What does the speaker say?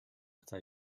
ata